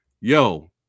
yo